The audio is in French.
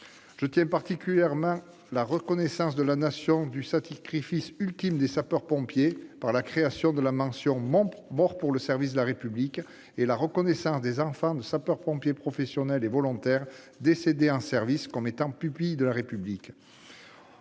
Je retiens particulièrement la reconnaissance par la Nation du sacrifice ultime des sapeurs-pompiers, avec la création de la mention « Mort pour le service de la République » et la reconnaissance des enfants de sapeurs-pompiers professionnels et volontaires décédés en service comme pupilles de la République.